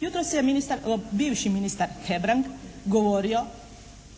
Jutros je ministar, bivši ministar Hebrang govorio